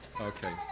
Okay